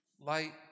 light